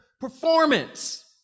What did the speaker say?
performance